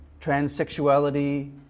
transsexuality